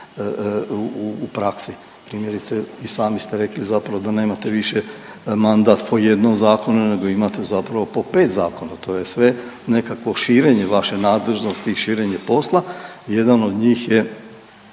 u praksi primjerice i sami ste rekli zapravo da nemate više mandat po jednom zakonu nego imate zapravo po 5 zakona. To je sve nekakvo širenje vaše nadležnosti i širenje posla. Jedan od njih je